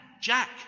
Jack